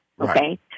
Okay